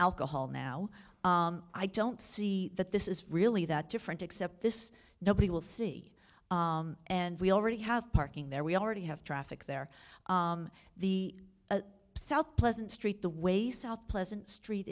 alcohol now i don't see that this is really that different except this nobody will see and we already have parking there we already have traffic there the south pleasant street the way south pleasant street